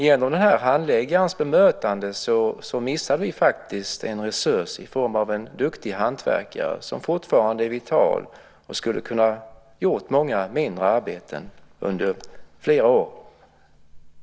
Genom den här handläggarens bemötande missar vi faktiskt en resurs i form av en duktig hantverkare som fortfarande är vital och skulle ha kunnat göra många mindre arbeten under flera år framöver.